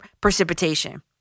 precipitation